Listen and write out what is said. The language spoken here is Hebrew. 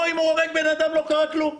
פה אם הוא הורג בן אדם, לא קרה כלום.